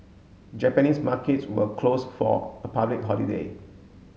Japanese markets were closed for a public holiday